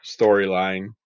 storyline